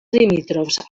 limítrofs